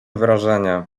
wrażenie